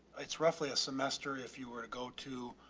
it's roughly a semester if you were to go to,